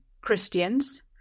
Christians